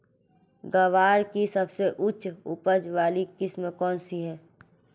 ग्वार की सबसे उच्च उपज वाली किस्म कौनसी है?